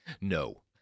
No